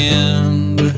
end